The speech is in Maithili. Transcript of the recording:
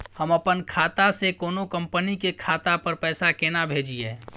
हम अपन खाता से कोनो कंपनी के खाता पर पैसा केना भेजिए?